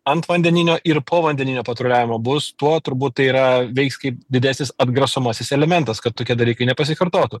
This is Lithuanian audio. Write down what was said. antvandeninio ir povandeninio patruliavimo bus tuo turbūt tai yra veiks kaip didesnis atgrasomasis elementas kad tokie dalykai nepasikartotų